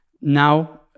Now